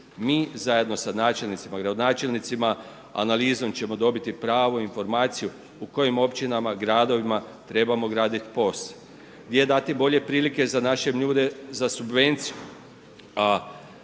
Mi zajedno sa načelnicima, gradonačelnicima, analizom ćemo dobiti pravu informaciju u kojim općinama, gradovima, trebamo graditi POS. Gdje dati bolje prilike za naše ljude, za subvenciju.